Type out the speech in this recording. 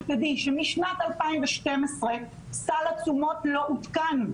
שתדעי שמשנת 2012 סל התשומות לא עודכן.